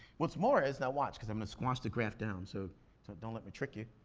what's more is, now watch, cause i'm gonna squash the graph down, so don't let me trick you.